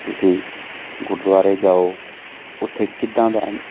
ਤੁਸੀਂ ਗੁਰਦੁਆਰੇ ਜਾਓ ਉੱਥੇ ਕਿੱਦਾਂ ਦਾ